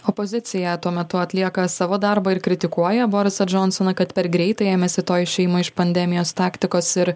opozicija tuo metu atlieka savo darbą ir kritikuoja borisą džonsoną kad per greitai ėmėsi to išėjimo iš pandemijos taktikos ir